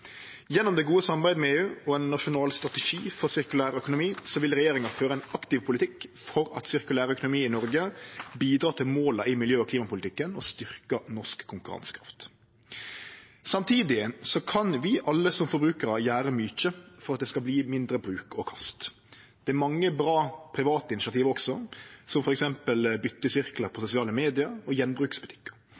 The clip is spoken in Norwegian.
Gjennom det gode samarbeidet med EU og ein nasjonal strategi for sirkulær økonomi vil regjeringa føre ein aktiv politikk for at sirkulær økonomi i Noreg bidreg til måla i miljø- og klimapolitikken og styrkjer den norsk konkurransekrafta. Samtidig kan vi alle som forbrukarar gjere mykje for at det skal verte mindre bruk og kast. Det er også mange bra private initiativ, som f.eks. byttesirklar på sosiale medium og gjenbruksbutikkar.